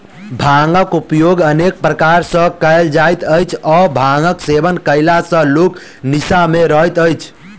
भांगक उपयोग अनेक प्रकार सॅ कयल जाइत अछि आ भांगक सेवन कयला सॅ लोक निसा मे रहैत अछि